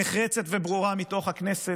נחרצת וברורה מתוך הכנסת.